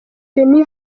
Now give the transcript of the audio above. veni